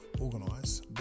Organise